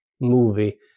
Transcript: movie